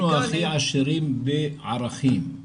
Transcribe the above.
אנחנו הכי עשירים בערכים,